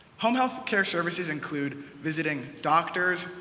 home-health-care services include visiting doctors,